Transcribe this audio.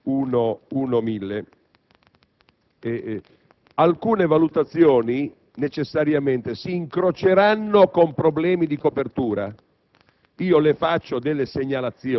sulla base dell'emendamento 1.1000. Alcune valutazioni necessariamente si incroceranno con problemi di copertura.